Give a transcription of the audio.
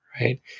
right